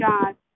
God